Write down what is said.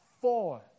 four